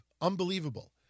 Unbelievable